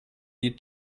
you